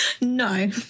No